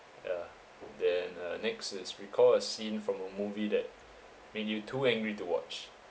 yeah then uh next is recall a scene from a movie that made you too angry to watch